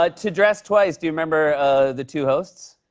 ah to dress twice. do you remember the two hosts?